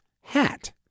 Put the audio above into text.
hat